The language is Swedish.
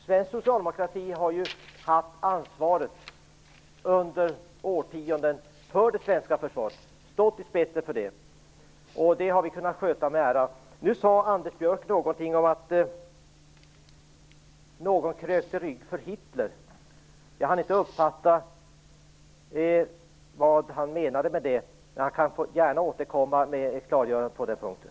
Svensk socialdemokrati har ju haft ansvaret för det svenska försvaret under årtionden och stått i spetsen för det. Det har vi kunnat sköta med ära. Nu sade Anders Björck någonting om att någon krökte rygg för Hitler. Jag hann inte uppfatta vad han menade med det. Det vore bra om han kunde återkomma med ett klargörande på den punkten.